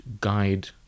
guide